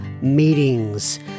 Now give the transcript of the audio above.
meetings